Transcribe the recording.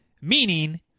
Meaning